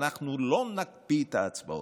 אנחנו לא נקפיא את ההצבעות.